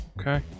Okay